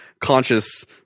conscious